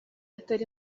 atari